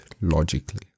logically